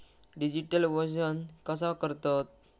Digital वजन कसा करतत?